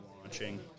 launching